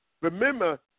Remember